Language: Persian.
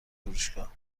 فروشگاه